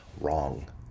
wrong